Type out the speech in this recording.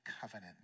covenant